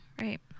right